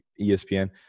ESPN